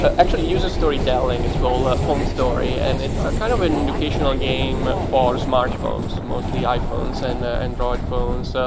actually uses storytelling. it's called home story and it's a kind of an educational game for smartphones mostly iphones and android phones.